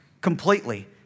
Completely